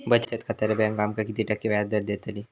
बचत खात्यार बँक आमका किती टक्के व्याजदर देतली?